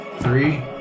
three